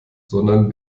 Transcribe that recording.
sondern